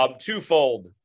Twofold